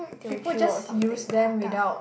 Teochew or something Hakka